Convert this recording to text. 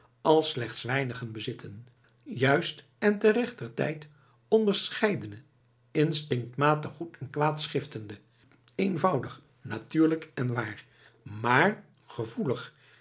als slechts weinigen bezitten juist en te rechter tijd onderscheidende instinctmatig goed en kwaad schiftende eenvoudig natuurlijk en waar maar gevoelig